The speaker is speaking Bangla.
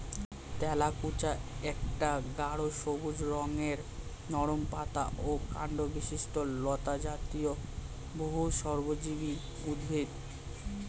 তেলাকুচা একটা গাঢ় সবুজ রঙের নরম পাতা ও কাণ্ডবিশিষ্ট লতাজাতীয় বহুবর্ষজীবী উদ্ভিদ